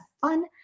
fun